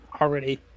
Already